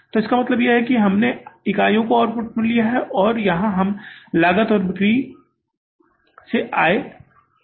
तो इसका मतलब है कि हमने इकाइयों में आउटपुट लिया है और यहाँ हम लागत और बिक्री से आय ले रहे हैं